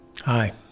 Hi